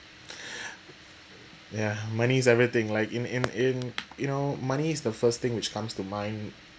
ya money's everything like in in in you know money is the first thing which comes to mind